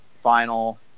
final